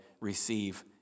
receive